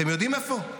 אתם יודעים איפה?